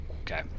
Okay